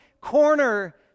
corner